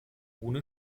ohne